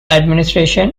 administration